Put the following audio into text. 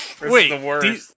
Wait